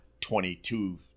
22